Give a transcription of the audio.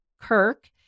Kirk